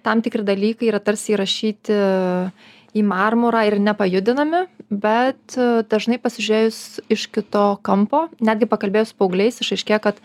tam tikri dalykai yra tarsi įrašyti į marmurą ir nepajudinami bet dažnai pasižiūrėjus iš kito kampo netgi pakalbėjus su paaugliais išaiškėja kad